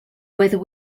whether